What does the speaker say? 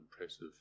impressive